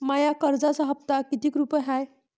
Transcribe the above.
माया कर्जाचा हप्ता कितीक रुपये हाय?